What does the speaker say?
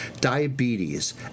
diabetes